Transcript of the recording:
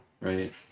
right